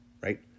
right